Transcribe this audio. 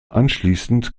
anschließend